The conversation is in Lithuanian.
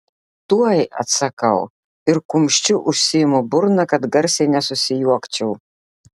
tuoj atsakau ir kumščiu užsiimu burną kad garsiai nesusijuokčiau